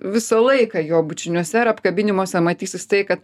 visą laiką jo bučiniuose ar apkabinimuose matysis tai kad